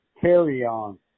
carry-on